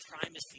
primacy